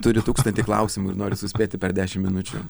turiu tūkstantį klausimų ir noriu suspėti per dešim minučių